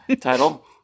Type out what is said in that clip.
Title